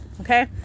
Okay